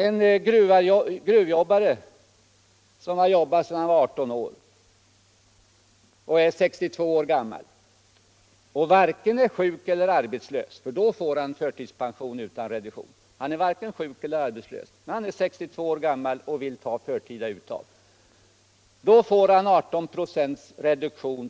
En gruvjobbare, som är 62 år, som har arbetat sedan han var 18 år, som varit varken sjuk eller arbetslös — för då får han förtidspension utan reducering — och som vill göra förtida uttag, får vidkännas en reducering med 18 "+